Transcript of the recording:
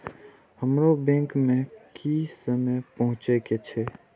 हमरो बैंक में की समय पहुँचे के छै?